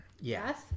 Yes